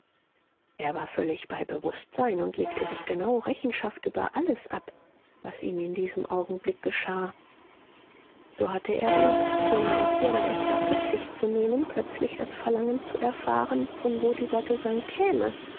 er war völlig bei bewußtsein und legte sich genau rechenschaft über alles ab was ihm in diesem augenblick geschah so hatte er denn ohne auf irgend etwas rücksicht zu nehmen plötzlich das verlangen zu erfahren von wo dieser gesang käme